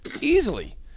easily